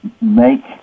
make